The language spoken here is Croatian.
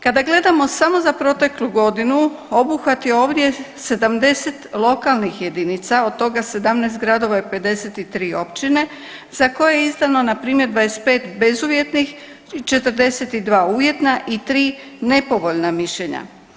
Kada gledamo samo za proteklu godinu, obuhvat je ovdje 70 lokalnih jedinica, od toga 17 gradova i 53 općine, za koje je izdano npr. 25 bezuvjetnih, 42 uvjetna i 3 nepovoljna mišljenja.